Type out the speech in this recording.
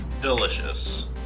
delicious